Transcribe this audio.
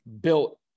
built